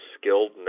skilled